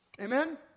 Amen